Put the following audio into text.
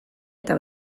eta